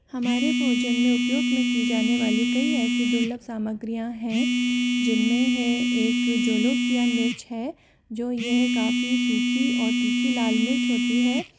हमारे भोजन में उपयोग में की जाने वाली कई ऐसी दुर्लभ सामग्रियाँ हैं जिनमें है एक जो लोग किया मिर्च है जो यह काफ़ी सूखी और तीखी लाल मिर्च होती है